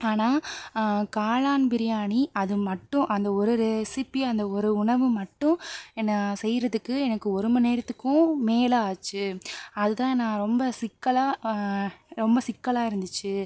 ஆனால் காளான் பிரியாணி அதுமட்டும் அந்த ஒரு ரெசிப்பி அந்த ஒரு உணவு மட்டும் என்ன செய்கிறதுக்கு எனக்கு ஒருமணி நேரத்துக்கும் மேலே ஆச்சு அதுதான் நான் ரொம்ப சிக்கலாக ரொம்ப சிக்கலாக இருந்துச்சு